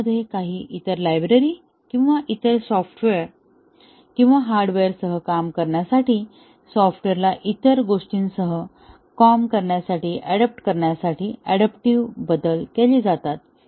कोडमध्ये काही इतर लायब्ररी किंवा इतर सॉफ्टवेअर किंवा हार्डवेअरसह काम करण्यासाठी सॉफ्टवेअरला इतर गोष्टींसह काम करण्यासाठी ऍडॉप्ट करण्यासाठी अड़ाप्टिव्ह बदल केले जातात